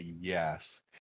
yes